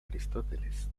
aristóteles